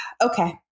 Okay